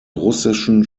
russischen